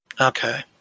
Okay